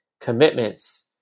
commitments